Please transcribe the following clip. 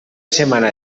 setmana